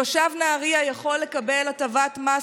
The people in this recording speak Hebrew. תושב נהריה יכול לקבל הטבת מס